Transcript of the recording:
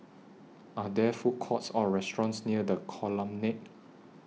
Are There Food Courts Or restaurants near The Colonnade